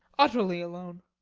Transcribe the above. utterly alone.